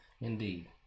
Indeed